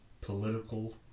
political